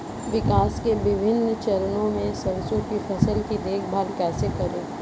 विकास के विभिन्न चरणों में सरसों की फसल की देखभाल कैसे करें?